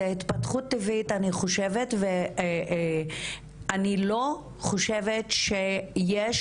זאת התפתחות טבעית אני חושבת ואני לא חושבת שיש